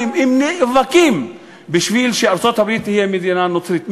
נאבקים בשביל שארצות-הברית תהיה מדינה נוצרית.